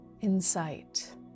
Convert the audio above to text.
insight